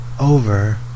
over